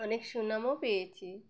অনেক সুনামও পেয়েছি